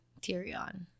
Tyrion